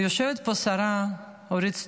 יושבת פה השרה אורית סטרוק,